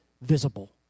visible